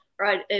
right